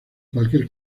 cualquier